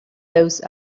those